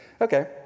Okay